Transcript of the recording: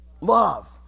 love